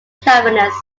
calvinist